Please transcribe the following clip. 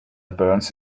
burns